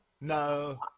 No